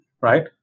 right